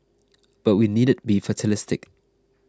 but we needn't be fatalistic